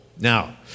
Now